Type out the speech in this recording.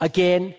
Again